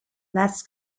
les